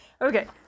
okay